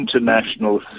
international